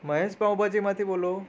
મહેશ પાઉંભાજીમાંથી બોલો